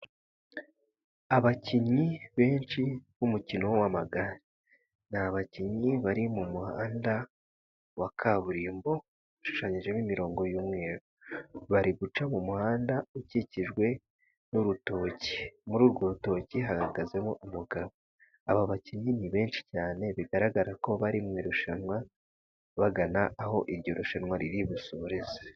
Abakinnyi benshi b'umukino w'amagare ni abakinnyi bari mu muhanda wa kaburimbo ushushanyijemo imirongo y'umweru. Bari guca mu muhanda ukikijwe n'urutoki muri urwo rutoki hahagazemo abagabo, aba bakinnyi ni benshi cyane bigaragara ko bari mu irushanwa bagana aho iryo rushanwa ruri busoreze.